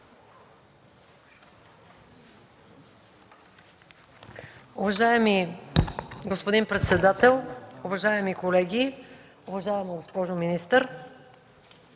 Уважаеми господин председател, уважаеми колеги, уважаема госпожо министър!